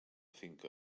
finca